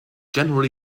generally